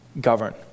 govern